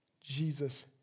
Jesus